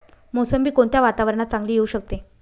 मोसंबी कोणत्या वातावरणात चांगली येऊ शकते?